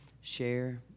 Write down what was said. share